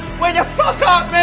wake the fuck up,